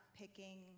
picking